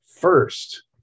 First